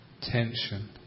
tension